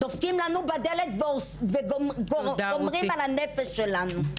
דופקים לנו בדלת וגומרים על הנפש שלנו.